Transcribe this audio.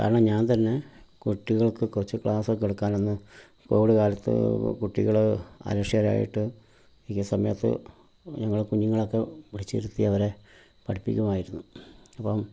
കാരണം ഞാൻ തന്നെ കുട്ടികൾക്ക് കുറച്ച് ക്ലാസ്സക്കെടുക്കാനന്ന് കോവിഡ് കാലത്ത് കുട്ടികൾ അലക്ഷ്യരായിട്ട് ഇരിക്കണ സമയത്ത് ഞങ്ങളുടെ കുഞ്ഞുങ്ങളക്കെ വിളിച്ചിരുത്തി അവരെ പഠിപ്പിക്കുമായിരുന്നു അപ്പം